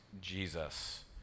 Jesus